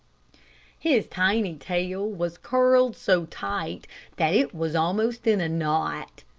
his tiny tail was curled so tight that it was almost in a knot.